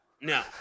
No